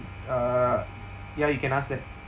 uh ya you can ask that